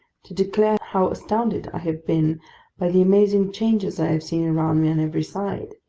to declare how astounded i have been by the amazing changes i have seen around me on every side,